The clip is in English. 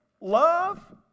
love